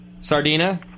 Sardina